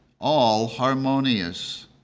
all-harmonious